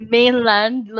Mainland